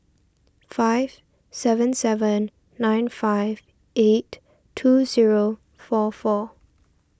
five seven seven nine five eight two zero four four